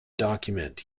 document